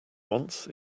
wants